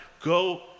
Go